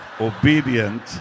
obedient